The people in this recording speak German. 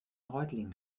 reutlingen